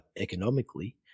economically